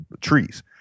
trees